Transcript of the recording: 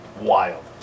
wild